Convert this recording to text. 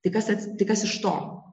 tai kas atsi tai kas iš to